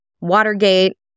Watergate